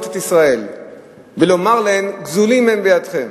את ישראל ולומר להן גזולין הן בידכם.